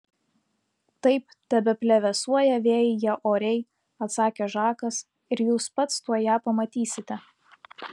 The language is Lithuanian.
taip tebeplevėsuoja vėjyje oriai atsakė žakas ir jūs pats tuoj ją pamatysite